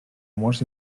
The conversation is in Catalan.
amors